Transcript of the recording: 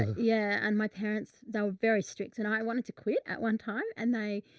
yeah. and my parents. they were very strict and i wanted to quit at one time, and they,